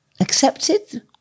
accepted